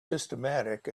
systematic